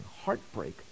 heartbreak